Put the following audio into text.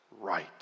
right